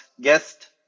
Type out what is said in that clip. guest